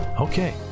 Okay